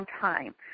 time